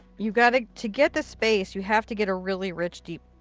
you gotta to get this space, you have to get a really rich, deep,